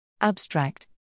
Abstract